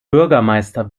bürgermeister